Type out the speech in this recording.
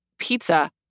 pizza